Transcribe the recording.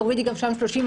תורידי גם שם ל-30%.